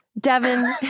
Devin